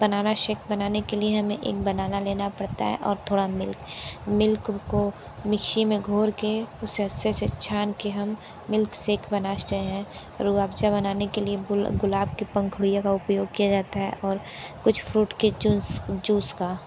बनाना shake बनाने के लिए हमें एक बनाना लेना पड़ता है और थोड़ा मिल्क मिल्क को मिकशी में घोर के उसे अच्छे से छान के हम मिल्क शेक बनाते हैं रूवाबज़ा बनाने के लिए बुल गुलाब की पंखुड़ियों का उपयोग किया जाता है और कुछ फ्रूट फ्रूट के जूंस जूस का